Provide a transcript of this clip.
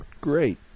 great